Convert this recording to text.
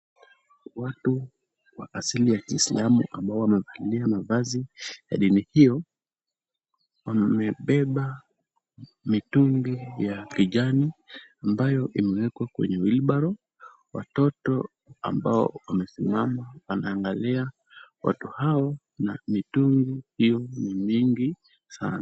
Watu wa asili ya kiisalamu ambao wamevalia mavazi ya dini hiyo, wamebeba mitungi ya kijani ambayo imewekwa kwenye wheelbarrow . Watoto ambao wamesimama wanaangalia watu hao na mitungi hiyo ni mingi sana.